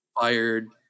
fired